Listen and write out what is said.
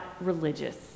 religious